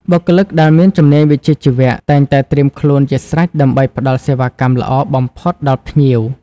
បុគ្គលិកដែលមានជំនាញវិជ្ជាជីវៈ តែងតែត្រៀមខ្លួនជាស្រេចដើម្បីផ្តល់សេវាកម្មល្អបំផុតដល់ភ្ញៀវ។